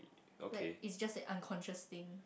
like it's just a unconscious thing